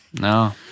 No